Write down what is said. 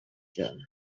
cyane